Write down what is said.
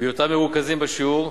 בהיותם מרוכזים בשיעור.